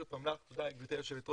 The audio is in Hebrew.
שוב תודה לך גבירתי היו"ר,